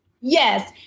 Yes